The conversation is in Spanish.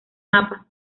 mapa